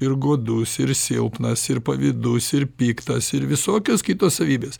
ir godus ir silpnas ir pavydus ir piktas ir visokios kitos savybės